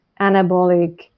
anabolic